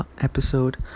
episode